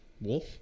Wolf